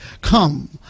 Come